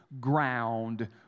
ground